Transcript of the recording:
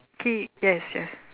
ki~ yes yes